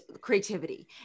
creativity